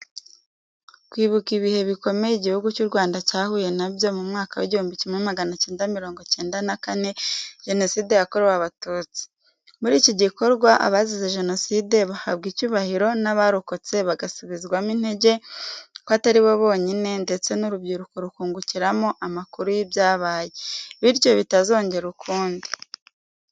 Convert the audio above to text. Kwibuka ibihe bikomeye igihugu cy’U Rwanda cyahuye na byo mu mwaka w’igihumbi kimwe magana cyenda mirongo icyenda na kane jenoside yakorewe abatutsi, muri iki gikorwa abazize jenoside bahabwa icyubahiro n’abarokotse bagasubizwamo intege ko atari bonyine ndetse n’urubyiruko rukungukiramo amakuru y’ibyabaye, bityo bitazongera ukundi.